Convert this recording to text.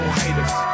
haters